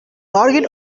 target